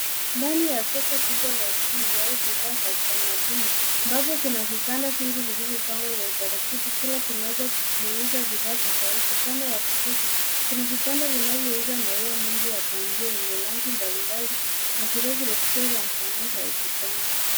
Ndani ya soko kubwa au ufundi kuna bidhaa za kitamaduni, ambapo kuna vibanda vingi vilivyopangwa kwa utaratibu kila kimoja kikiuza bidhaa. Upande wa kushoto kuna vibanda vinavyouza maua mingi ya pandia yenye rangi mbalimbali na vile vile kute za Sanaa za uvitani.